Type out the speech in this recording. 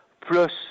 plus